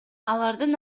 алардын